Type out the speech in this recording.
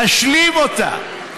תשלים אותה.